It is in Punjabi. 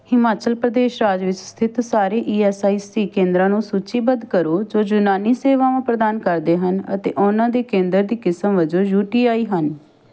ਹਿਮਾਚਲ ਪ੍ਰਦੇਸ਼ ਰਾਜ ਵਿੱਚ ਸਥਿਤ ਸਾਰੇ ਈ ਐੱਸ ਆਈ ਸੀ ਕੇਂਦਰਾਂ ਨੂੰ ਸੂਚੀਬੱਧ ਕਰੋ ਜੋ ਯੂਨਾਨੀ ਸੇਵਾਵਾਂ ਪ੍ਰਦਾਨ ਕਰਦੇ ਹਨ ਅਤੇ ਉਨ੍ਹਾਂ ਦੇ ਕੇਂਦਰ ਦੀ ਕਿਸਮ ਵਜੋਂ ਯੂ ਟੀ ਆਈ ਹਨ